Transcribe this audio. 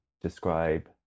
describe